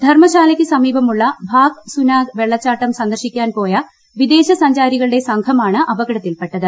ധർമശാലയ്ക്ക് സമീപമുള്ള ഭാഗ്സുനാഗ് വെള്ളച്ചാട്ടം സന്ദർശിക്കാൻ പോയ വിദേശ സഞ്ചാരികളുടെ സംഘമാണ് അപകടത്തിൽപ്പെട്ടത്